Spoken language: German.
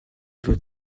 wird